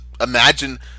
imagine